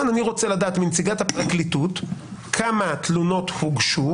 אני רוצה לדעת מנציגת הפרקליטות כמה תלונות הוגשו?